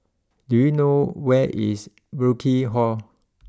do you know where is Burkill Hall